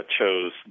chose